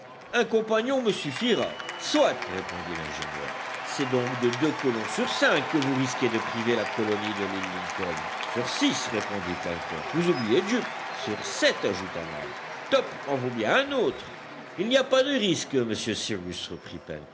un compagnon me suffira soit répondit l'ingénieur c'est donc de deux colons sur cinq que vous risquez de priver la colonie de l'île lincoln sur six répondit pencroff vous oubliez jup sur sept ajouta nab top en vaut bien un autre il n'y a pas de risque monsieur cyrus reprit